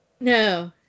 No